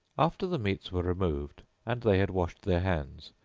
after the meats were removed and they had washed their hands,